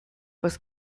was